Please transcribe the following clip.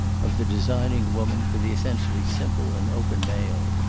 of the designing woman for the essentially simple and open male.